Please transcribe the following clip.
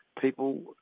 People